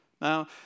Now